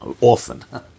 often